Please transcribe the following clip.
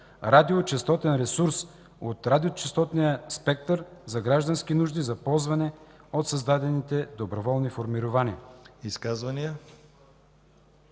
радиочестотен ресурс от радиочестотния спектър за граждански нужди, за ползване от създадените доброволни формирования.”